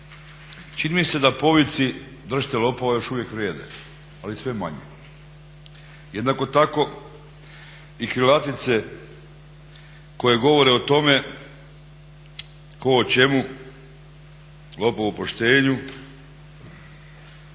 Čini mi se da povici "drž'te lopova" još uvijek vrijede, ali sve manje. Jednako tako i krilatice koje govore o tome "tko o čemu, lopov o poštenju"